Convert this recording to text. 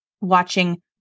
watching